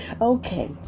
Okay